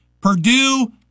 Purdue